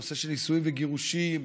בנושא של נישואין וגירושין,